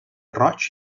roig